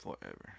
Forever